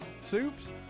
soups